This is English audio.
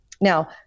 Now